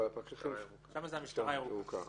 שם זה המשטרה הירוקה.